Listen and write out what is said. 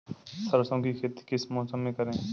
सरसों की खेती किस मौसम में करें?